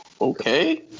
Okay